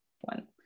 one